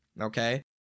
Okay